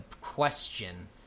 question